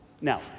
Now